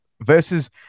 versus